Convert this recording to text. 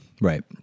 Right